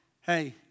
hey